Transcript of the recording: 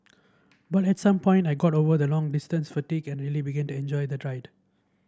but at some point I got over the long distance fatigue and really began to enjoy the